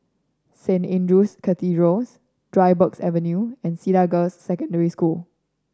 Saint Andrew's Cathedral Dryburgh Avenue and Cedar Girls' Secondary School